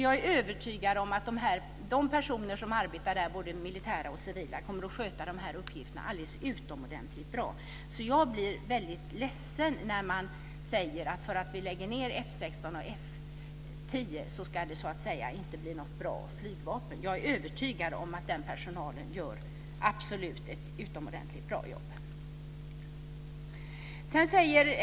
Jag är övertygad om att de personer som arbetar där, både militära och civila, kommer att sköta de uppgifterna utomordentligt bra. Jag blir ledsen när man säger att det inte blir något bra flygvapen för att vi lägger ned F 16 och F 10. Jag är övertygad om att den personalen gör ett utomordentligt bra jobb.